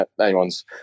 anyone's